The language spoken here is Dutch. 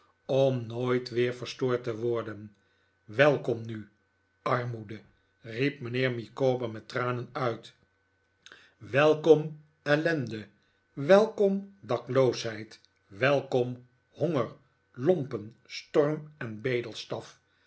om nooit weer verstoord te worden welkom nu armoede riep mijnheer micawber met tranen uit welkom ellende welkom dak v loosheid welkom honger lompen storm en bedelstaf